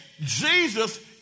Jesus